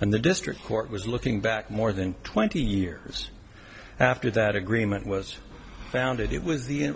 and the district court was looking back more than twenty years after that agreement was founded it was the